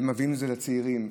מביאים את זה לצעירים,